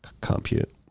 compute